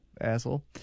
Asshole